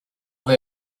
they